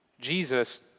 Jesus